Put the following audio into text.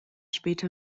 später